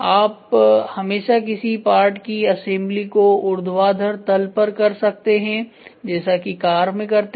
आप हमेशा किसी पार्ट की असेंबली को ऊर्ध्वाधर तल पर कर सकते हैं जैसा कि कार में करते हैं